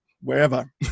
wherever